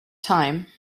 time